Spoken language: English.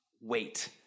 wait